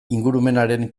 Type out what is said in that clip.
ingurumenaren